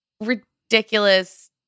ridiculous